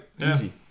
easy